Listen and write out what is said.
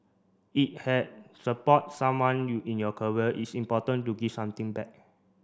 if had support someone in your it's important to give something back